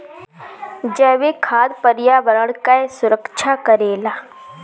जैविक खाद पर्यावरण कअ सुरक्षा करेला